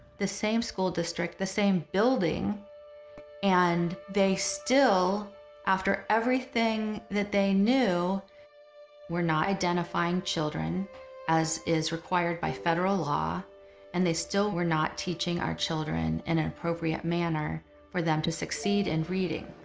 the same school district the same building and they still after everything that they knew were not identifying children as is required by federal law and they still were not teaching our children and and appropriate manner for them to succeed in and reading.